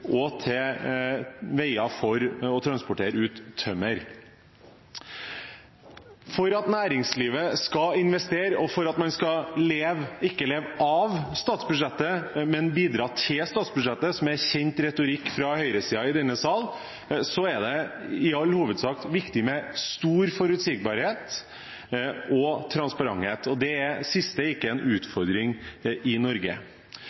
og til veier for å transportere ut tømmer. For at næringslivet skal investere, og for at man ikke skal leve av statsbudsjettet, men bidra til statsbudsjettet, som er kjent retorikk fra høyresiden i denne sal, er det i all hovedsak viktig med stor forutsigbarhet og transparens. Det siste er ikke en utfordring i Norge.